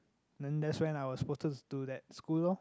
then that's when I was posted to that school lor